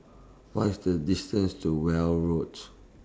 What IS The distance to Weld Road